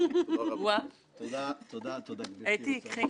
ובאמת יושב-ראש הכנסת ואנחנו נדרשנו לזה,